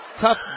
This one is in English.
Tough